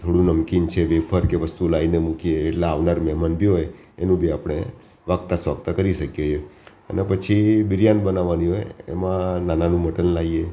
થોડું નમકીન છે વેફર કે વસ્તુ લાવીને મુકીએ એટલે આવનાર મહેમાન બી હોય એનું બી આપણે આગતા સ્વાગતા કરી શકીએ અને પછી બિરયાની બનાવવાની હોય એમાં નાનાનું મટન લાવીએ